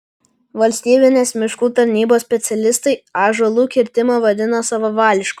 valstybinės miškų tarnybos specialistai ąžuolų kirtimą vadina savavališku